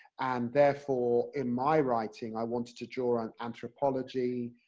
and therefore, in my writing i wanted to draw on anthropology,